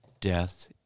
Death